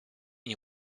nie